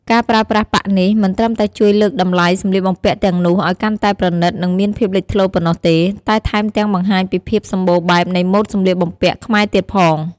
ការប្រើប្រាស់ប៉ាក់នេះ មិនត្រឹមតែជួយលើកតម្លៃសម្លៀកបំពាក់ទាំងនោះឱ្យកាន់តែប្រណិត និងមានភាពលេចធ្លោប៉ុណ្ណោះទេ តែថែមទាំងបង្ហាញពីភាពសម្បូរបែបនៃម៉ូដសម្លៀកបំពាក់ខ្មែរទៀតផង។